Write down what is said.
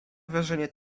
wrażenie